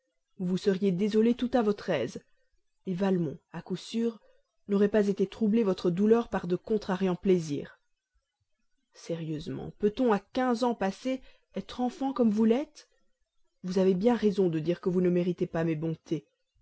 vous vous seriez désolée tout à votre aise valmont à coup sûr n'aurait pas été troubler votre douleur par de contrariants plaisirs sérieusement peut-on à quinze ans passés être enfant comme vous l'êtes vous avez bien raison de dire que vous ne méritez pas mes bontés